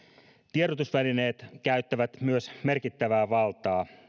tiedotusvälineet käyttävät myös merkittävää valtaa